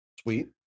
Sweet